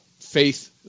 Faith